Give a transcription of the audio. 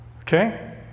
Okay